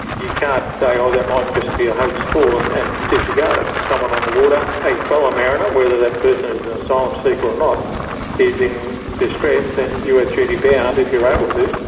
you can't say, oh, that might just be a hoax call and and disregard it. someone on the water a fellow mariner, whether that person is an asylum seeker or not is in distress, and you are duty bound, if you're able to,